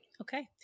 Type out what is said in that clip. Okay